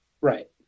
Right